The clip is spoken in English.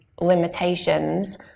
limitations